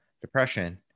depression